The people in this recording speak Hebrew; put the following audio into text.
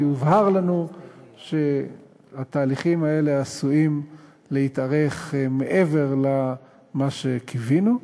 כי הובהר לנו שהתהליכים עשויים להתארך מעבר למה שקיווינו,